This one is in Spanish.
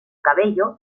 cabello